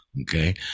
okay